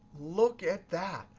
look at that.